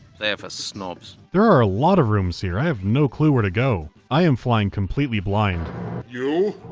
they are for snobs. there are a lot of rooms here. i have no clue where to go. i am flying completely blind. serstan you?